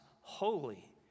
holy